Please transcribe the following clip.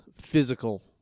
physical